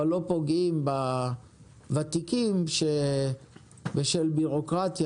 אבל לא פוגעים בוותיקים שבגלל בירוקרטיה,